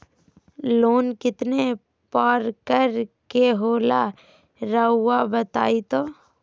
Loan कितने पारकर के होला रऊआ बताई तो?